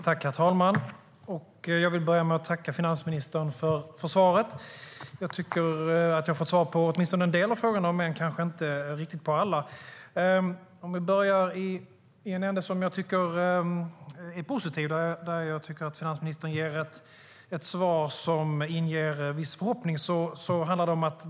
Herr talman! Jag vill börja med att tacka finansministern för svaret. Jag tycker att jag har fått svar på åtminstone en del av frågorna om än kanske inte riktigt på alla. Vi börjar i en ände som jag tycker är positiv där finansministern ger ett svar som ger en viss förhoppning.